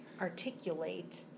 articulate